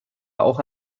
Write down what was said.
auch